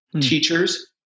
Teachers